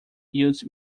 used